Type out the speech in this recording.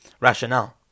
rationale